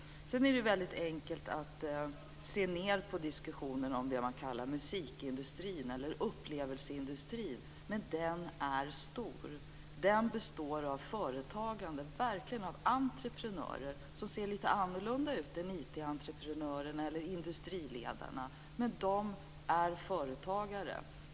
Sedan är det väldigt enkelt att se ned på diskussionen om det man kallar musikindustrin eller upplevelseindustrin. Men den är stor. Den består av företagare, verkliga entreprenörer, som ser lite annorlunda ut än IT-entreprenörerna eller industriledarna. Men de är företagare.